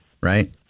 right